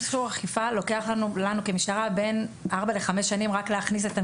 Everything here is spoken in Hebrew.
להכניס מכשור אכיפה לוקח לנו כמשטרה בין 4-5 שנים רק להכניס את המכשור.